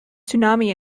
tsunami